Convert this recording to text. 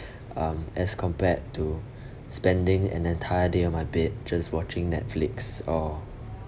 um as compared to spending an entire day on my bed just watching Netflix or